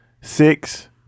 Six